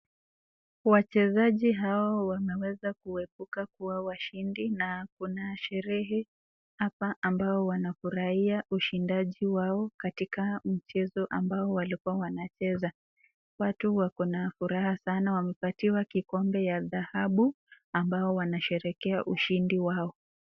Wachezaji hawa wameweza kuibuka kuwa washindi na kuna sherehe hapa ambao wanafurahia ushindaji wao katika mchezo ambao walikuwa wanacheza. Watu wako na furaha sana wamepatiwa kikombe ya dhahabu ambayo wanasherehekea ushindi wao.